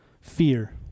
fear